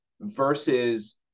versus